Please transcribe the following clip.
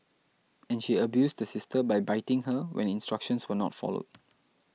and she abused the sister by biting her when instructions were not followed